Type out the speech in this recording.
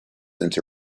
into